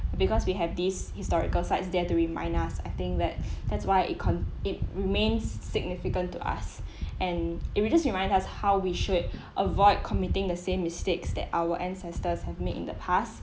because we have these historical sites there to remind us I think that's that's why it con~ it remains significant to us and it's just remind us how we should avoid committing the same mistakes that our ancestors have made in the past